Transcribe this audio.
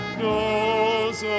knows